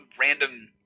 random